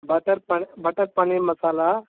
butter bun butter paneer masala